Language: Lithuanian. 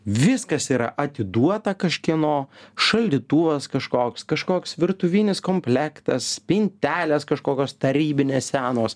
viskas yra atiduota kažkieno šaldytuvas kažkoks kažkoks virtuvinis komplektas spintelės kažkokios tarybinės senos